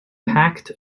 packed